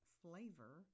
flavor